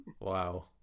Wow